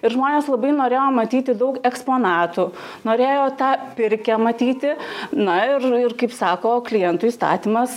ir žmonės labai norėjo matyti daug eksponatų norėjo tą pirkią matyti na ir ir kaip sako klientų įstatymas